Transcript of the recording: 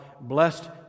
blessed